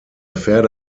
pferde